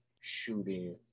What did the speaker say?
shooting